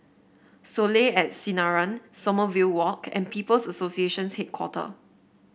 Soleil at Sinaran Somamerville Walk and People's Association Headquarter